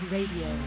Radio